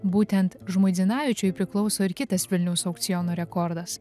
būtent žmuidzinavičiui priklauso ir kitas vilniaus aukciono rekordas